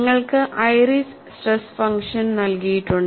നിങ്ങൾക്ക് iris stress function നൽകിയിട്ടുണ്ട്